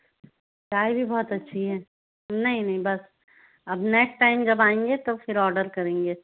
चाय भी बहुत अच्छी है नहीं नहीं बस अब नेक्स्ट टाइम जब आएंगे तो फिर ऑर्डर करेंगे